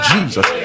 Jesus